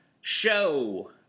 show